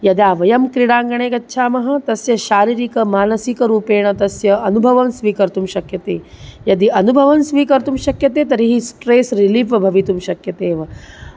यदा वयं क्रीडाङ्गणे गच्छामः तस्य शारीरिकमानसिकरूपेण तस्य अनुभवं स्वीकर्तुं शक्यते यदि अनुभवं स्वीकर्तुं शक्यते तर्हि स्ट्रेस् रिलीफ़् भवितुं शक्यते एव